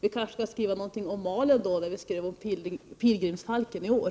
Vi kan skriva om malen, eftersom vi skrev om pilgrimsfalken i år.